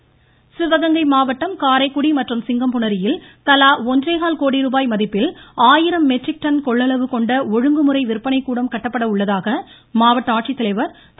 மமமமம இருவரி சிவகங்கை மாவட்டம் காரைக்குடி மற்றும் சிங்கம்புனரியில் தலா ஒன்றேகால் கோடி ரூபாய் மதிப்பில் ஆயிரம் மெட்ரிக் டன் கொள்ளளவு கொண்ட ஒழுங்குமுறை விற்பனைக்கூடம் கட்டப்பட உள்ளதாக மாவட்ட ஆட்சித்தலைவர் திரு